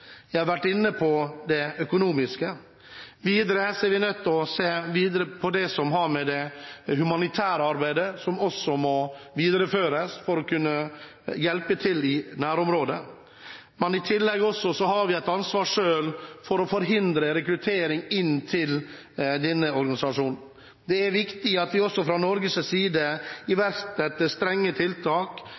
Jeg har vært inne på det økonomiske. Vi må videre se på det som har med det humanitære arbeidet å gjøre, som må videreføres for å kunne hjelpe til i nærområdet. I tillegg har vi også selv et ansvar for å forhindre rekruttering til denne organisasjonen. Det er viktig at vi også fra Norges side iverksetter strenge tiltak